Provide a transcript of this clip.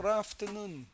afternoon